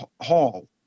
hall